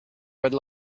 red